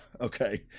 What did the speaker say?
Okay